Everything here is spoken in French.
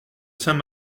saint